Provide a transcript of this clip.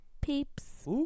peeps